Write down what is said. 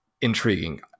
intriguing